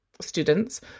students